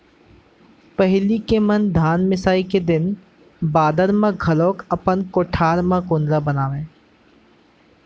पहिली के मन धान मिसाई के दिन बादर म घलौक अपन कोठार म कुंदरा बनावयँ